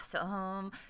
Awesome